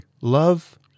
Love